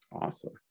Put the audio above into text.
Awesome